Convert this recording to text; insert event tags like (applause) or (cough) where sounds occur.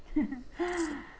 (laughs)